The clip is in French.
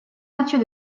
mathieu